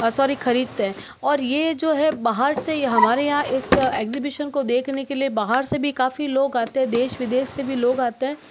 sorry ख़रीदते हैं और यह जो है बाहर से यह हमारे यहाँ इस एग्ज़ीबिशन को देखने के लिए बाहर से भी काफ़ी लोग आते देश विदेश से भी लोग आते हैं